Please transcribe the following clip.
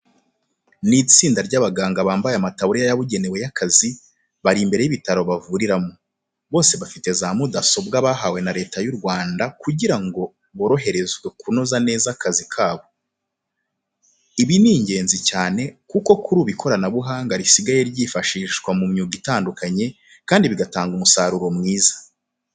Ni itsinda ry'abaganga bambaye amataburiya yabugenewe y'akazi, bari imbere y'ibitaro bavuriramo. Bose bafite za mudasobwa bahawe na Leta y'u Rwanda kugira ngo boroherezwe kunoza neza akazi kabo. Ibi ni ingenzi cyane kuko kuri ubu ikoranabuhanga risigaye ryifashishwa mu myuga itandukanye kandi bigatanga umusaruro mwiza.